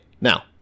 Now